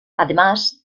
además